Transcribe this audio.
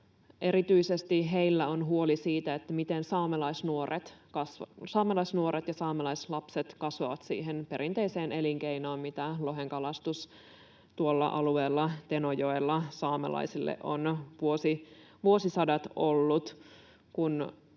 erityisesti heillä on huoli siitä, miten saamelaisnuoret ja saamelaislapset kasvavat siihen perinteiseen elinkeinoon, mikä lohenkalastus tuolla alueella, Tenojoella, saamelaisille on vuosisadat ollut.